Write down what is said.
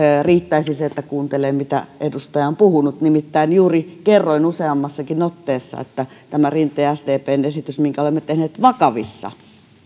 riittäisi se että kuuntelee mitä edustaja on puhunut nimittäin juuri kerroin useammassakin otteessa että tämä rinteen ja sdpn esitys minkä olemme tehneet vakavissa